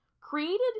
Created